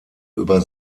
über